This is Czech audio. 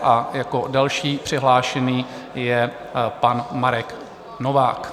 A jako další přihlášený je pan Marek Novák.